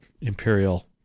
Imperial